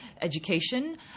education